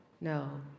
No